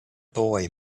boy